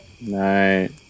night